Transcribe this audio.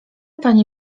pani